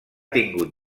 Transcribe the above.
tingut